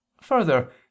Further